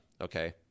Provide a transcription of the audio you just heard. okay